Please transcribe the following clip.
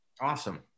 Awesome